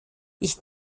ich